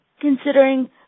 considering